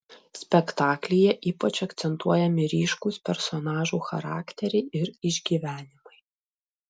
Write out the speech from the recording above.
spektaklyje ypač akcentuojami ryškūs personažų charakteriai ir išgyvenimai